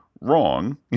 wrong